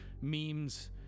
memes